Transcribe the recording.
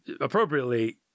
appropriately